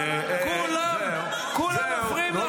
כולם, כולם מפריעים לכם